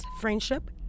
Friendship